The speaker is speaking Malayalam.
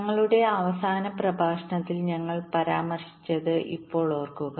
ഞങ്ങളുടെ അവസാന പ്രഭാഷണത്തിൽ ഞങ്ങൾ പരാമർശിച്ചത് ഇപ്പോൾ ഓർക്കുക